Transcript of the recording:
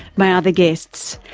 my other guests,